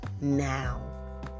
now